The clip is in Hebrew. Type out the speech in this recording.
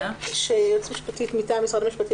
--- היועצת המשפטית מטעם משרד המשפטים